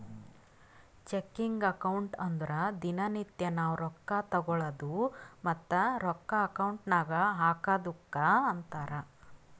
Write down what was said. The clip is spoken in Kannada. ಚೆಕಿಂಗ್ ಅಕೌಂಟ್ ಅಂದುರ್ ದಿನಾ ನಿತ್ಯಾ ನಾವ್ ರೊಕ್ಕಾ ತಗೊಳದು ಮತ್ತ ರೊಕ್ಕಾ ಅಕೌಂಟ್ ನಾಗ್ ಹಾಕದುಕ್ಕ ಅಂತಾರ್